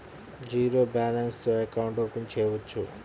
Zero balance తో account open చేయవచ్చు?